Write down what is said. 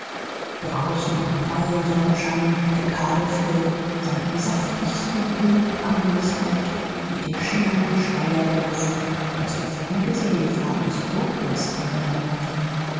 draußen im prallen sonnenschein reckte cardiff hill sein im saftigsten grün prangendes haupt durch den schimmernden schleier der luft die aus der ferne gesehen die farbe des purpurs angenommen hatte